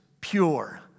pure